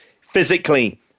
physically